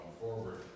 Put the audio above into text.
forward